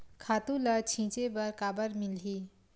खातु ल छिंचे बर काबर मिलही?